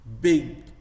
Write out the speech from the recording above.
big